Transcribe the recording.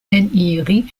eniri